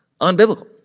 unbiblical